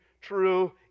true